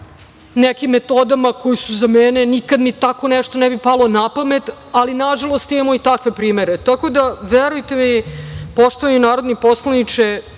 nekim metodama koje su za mene, nikad mi tako nešto ne bi palo na pamet. Nažalost, imamo i takve primere. Tako da, verujte mi, poštovani narodni poslaniče,